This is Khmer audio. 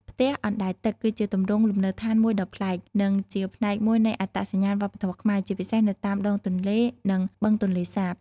ផ្ទះអណ្ដែតទឹក គឺជាទម្រង់លំនៅឋានមួយដ៏ប្លែក និងជាផ្នែកមួយនៃអត្តសញ្ញាណវប្បធម៌ខ្មែរ ជាពិសេសនៅតាមដងទន្លេ និងបឹងទន្លេសាប។